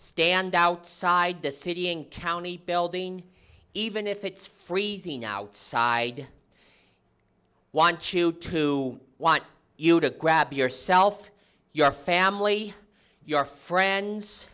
stand outside the city county building even if it's freezing outside want you to want you to grab yourself your family your friends